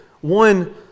one